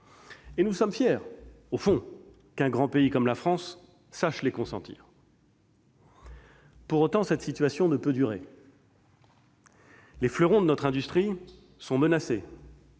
nous sommes fiers qu'un grand pays comme la France sache les consentir. Pour autant, cette situation ne peut durer. Les fleurons de notre industrie sont menacés.